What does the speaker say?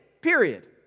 period